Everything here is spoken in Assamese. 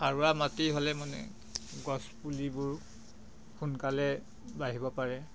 সাৰুৱা মাটি হ'লে মানে গছপুলিবোৰ সোনকালে বাঢ়িব পাৰে